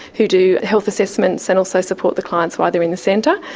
who do health assessments and also support the clients while they're in the centre.